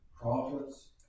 prophets